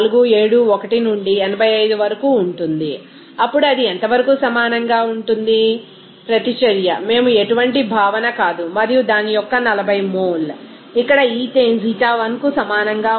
471 నుండి 85 వరకు ఉంటుంది అప్పుడు అది ఎంతవరకు సమానంగా ఉంటుంది ప్రతిచర్య మేము ఎటువంటి భావన కాదు మరియు దాని యొక్క 40 మోల్ ఇక్కడ ఈథేన్ ξ1కు సమానంగా ఉంటుంది